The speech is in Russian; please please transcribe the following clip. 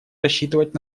рассчитывать